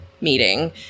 meeting